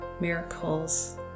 miracles